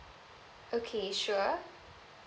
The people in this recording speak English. okay sure